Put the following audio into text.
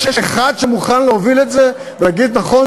יש אחד שמוכן להוביל את זה ולהגיד: נכון,